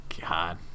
god